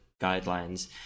guidelines